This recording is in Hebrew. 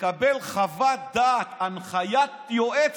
מקבל חוות דעת, הנחיית יועץ.